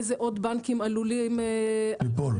אילו עוד בנקים עלולים להיפגע,